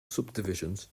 subdivisions